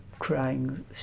crying